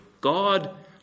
God